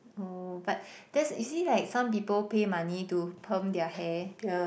oh but that's you see like some people pay money to perm their hair